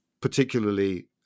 particularly